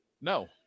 No